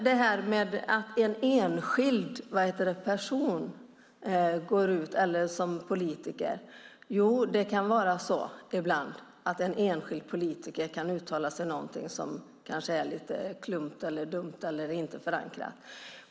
Det händer att en enskild politiker kan uttala sig lite klumpigt eller dumt och att det inte är förankrat.